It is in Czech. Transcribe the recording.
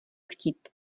chtít